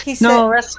No